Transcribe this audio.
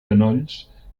genolls